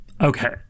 Okay